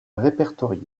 répertoriée